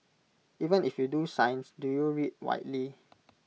even if you do science do you read widely